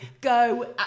go